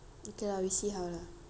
okay lah we see how lah